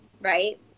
Right